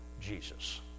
Jesus